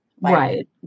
Right